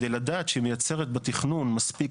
כדי לדעת שהיא מייצרת בתכנון מספיק